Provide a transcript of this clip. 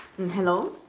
mm hello